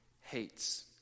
hates